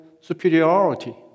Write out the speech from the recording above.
superiority